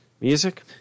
Music